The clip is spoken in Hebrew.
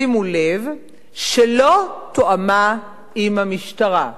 שימו לב, שלא תואמה עם המשטרה.